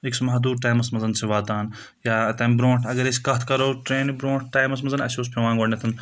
أکِس مَحدوٗر ٹایمَس منٛز چھِ واتان یا تَمہِ برونٛٹھ اگر أسۍ کَتھ کَرو ٹرٛینہِ برونٛٹھ ٹایِمَس منٛز اَسہِ اوس پیٚوان گۄڈنؠتھ